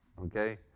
Okay